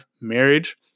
marriage